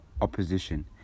opposition